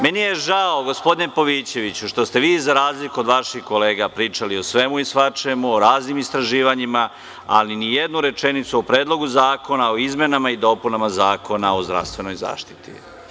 Meni je žao, gospodine Pavićeviću, što ste za razliku od vaših kolega pričali o svemu i svačemu, o raznim istraživanjima, ali ni jednu rečenicu o Predlogu zakona o izmenama i dopunama Zakona o zdravstvenoj zaštiti.